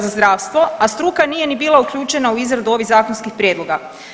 zdravstvo, a struka nije ni bila uključena u izradu ovih zakonskih prijedloga.